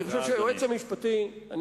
אני חושב שהיועץ המשפטי, תודה, אדוני.